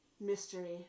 Mystery